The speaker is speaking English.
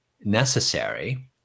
necessary